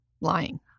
lying